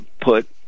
put